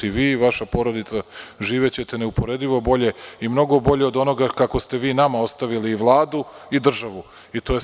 I vi i vaša porodica živećete neuporedivo bolje i mnogo bolje od onoga kako ste vi nama ostavili i Vladu i državu.